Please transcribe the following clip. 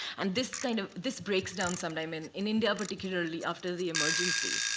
and this kind of this breaks down some i mean in india, particularly, after the emergency